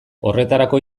horretarako